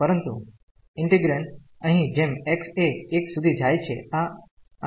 પરંતુ ઈન્ટિગ્રેન્ડઅહિં જેમ x એ 1 સુધી જાય છે